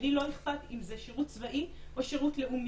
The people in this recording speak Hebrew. ולי לא אכפת אם זה שירות צבאי או שירות לאומי,